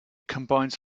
combines